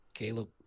Caleb